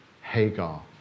Hagar